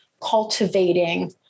cultivating